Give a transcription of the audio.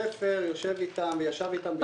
עידו שפר יושב איתם וישב איתם.